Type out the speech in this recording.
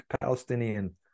Palestinian